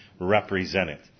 represented